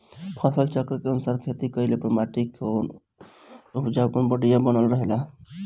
फसल चक्र के अनुसार खेती कइले पर माटी कअ उपजाऊपन बढ़िया बनल रहेला